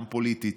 גם פוליטית,